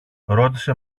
ρώτησε